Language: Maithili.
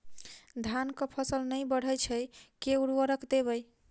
धान कऽ फसल नै बढ़य छै केँ उर्वरक देबै?